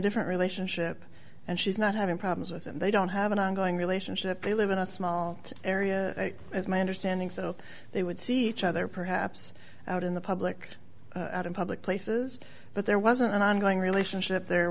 different relationship and she's not having problems with him they don't have an ongoing relationship they live in a small area as my understanding so they would see each other perhaps out in the public out in public places but there wasn't an ongoing relationship there